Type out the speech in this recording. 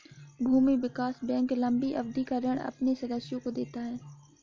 भूमि विकास बैंक लम्बी अवधि का ऋण अपने सदस्यों को देता है